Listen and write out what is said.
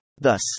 Thus